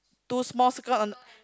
two small circles on